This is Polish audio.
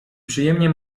przyjemnie